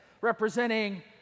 representing